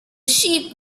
sheep